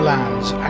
Land's